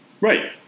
Right